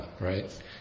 right